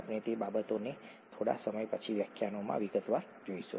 આપણે તે બાબતને થોડા સમય પછી વ્યાખ્યાનોમાં વિગતવાર જોઈશું